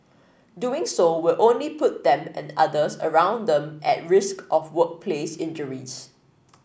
doing so will only put them and others around them at risk of workplace injuries